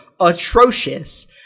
atrocious